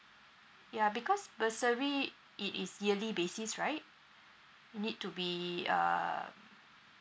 ya because bursary it is yearly basis right need to be uh